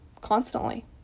constantly